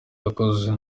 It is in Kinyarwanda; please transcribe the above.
yakoze